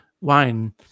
wine